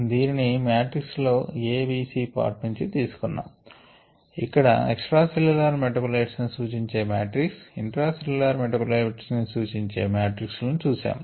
దీనిని మాట్రిక్స్ లోని A B C part నుంచి తీసుకొన్నాం ఇక్కడ ఎక్స్ట్రా సెల్యూలర్ మెటాబోలైట్స్ ని సూచించే మాట్రిక్స్ ఇంట్రా సెల్యూలర్ మెటాబోలైట్స్ ని సూచించే మాట్రిక్స్ లను చూసాము